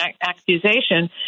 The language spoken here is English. accusation